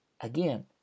again